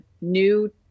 new